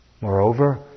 Moreover